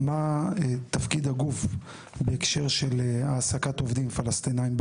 מה תפקיד הגוף בהקשר של העסקת עובדים פלסטינים,